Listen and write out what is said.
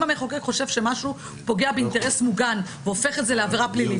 אם המחוקק חושב שמשהו פוגע באינטרס מוגן והופך את זה לעבירה פלילית,